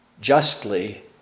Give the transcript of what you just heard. justly